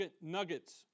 nuggets